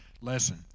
lesson